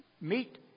Meet